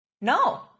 no